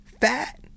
fat